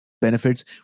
benefits